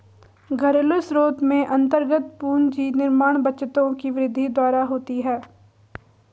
घरेलू स्रोत में अन्तर्गत पूंजी निर्माण बचतों की वृद्धि द्वारा होती है